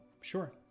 Sure